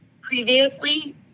Previously